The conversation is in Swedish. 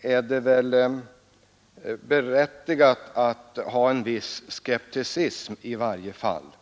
är det väl berättigat att i varje fall i viss mån vara skeptisk beträffande tyngden i trafikutskottets uttalanden.